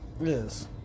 Yes